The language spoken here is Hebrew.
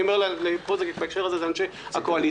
אני אומר את זה בעיקר לאנשי הקואליציה,